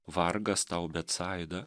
vargas tau betsaida